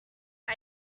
but